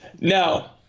No